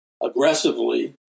aggressively